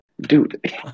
dude